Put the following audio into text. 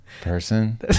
Person